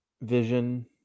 vision